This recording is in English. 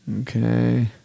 Okay